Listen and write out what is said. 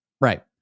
right